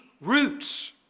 roots